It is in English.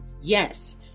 Yes